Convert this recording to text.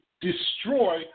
destroy